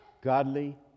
Godly